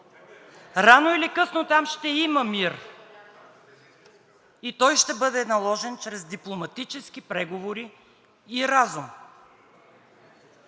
Рано или късно там ще има мир и той ще бъде наложен чрез дипломатически преговори и разум.